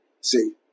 See